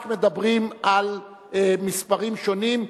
רק מדברים על מספרים שונים,